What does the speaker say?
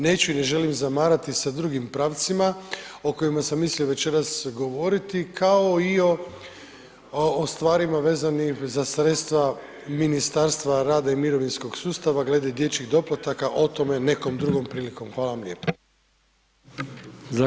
Neću i ne želim zamarati sa drugim pravcima o kojima sam mislio večeras govoriti kao i o stvarima vezanih za sredstva Ministarstva rada i mirovinskog sustava glede dječjih doplataka, o tome nekom drugom prilikom, hvala vam lijepo.